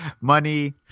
money